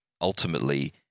ultimately